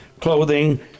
clothing